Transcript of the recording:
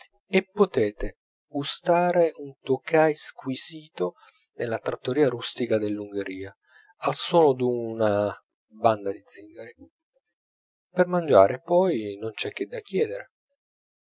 e potete gustare un tokai squisito nella trattoria rustica dell'ungheria al suono d'una banda di zingari per mangiare poi non c'è che da chiedere